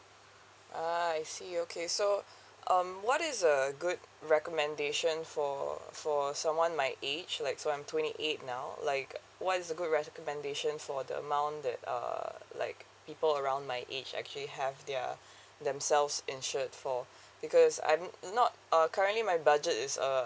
ah I see okay so um what is a good recommendation for for someone my age like so I'm twenty eight now like what is a good recommendation for the amount that err like people around my age actually have their themselves insured for because I'm not uh currently my budget is uh